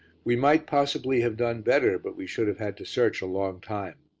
we might possibly have done better, but we should have had to search a long time.